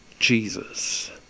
Jesus